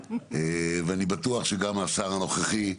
אני בטוח שגם השר הנוכחי,